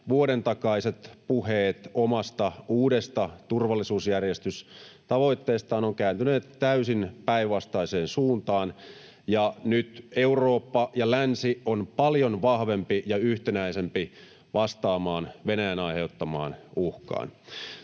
vuoden takaiset puheet omasta, uudesta turvallisuusjärjestystavoitteesta ovat kääntyneet täysin päinvastaiseen suuntaan, ja nyt Eurooppa ja länsi ovat paljon vahvempia ja yhtenäisempiä vastaamaan Venäjän aiheuttamaan uhkaan.